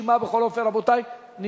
הדוברים יהיה סגן יושב-ראש הכנסת,